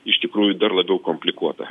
iš tikrųjų dar labiau komplikuota